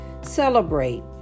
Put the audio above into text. Celebrate